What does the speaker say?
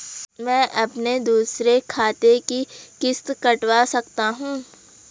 मैं अपने दूसरे खाते से किश्त कटवा सकता हूँ?